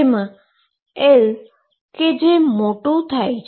L કે જે મોટું થાય છે